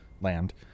land